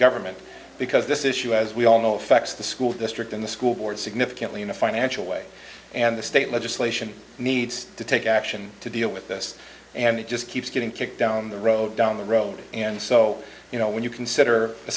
government because this issue as we all know affects the school district and the school board significantly in a financial way and the state legislation needs to take action to deal with this and it just keeps getting kicked down the road down the road and so you know when you consider a